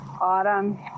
Autumn